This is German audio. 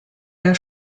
der